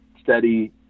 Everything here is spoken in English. steady